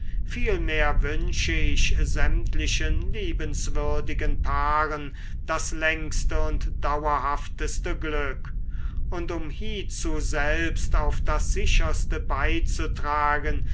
vielmehr wünsche ich sämtlichen liebenswürdigen paaren das längste und dauerhafteste glück und um hiezu selbst auf das sicherste beizutragen